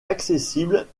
accessible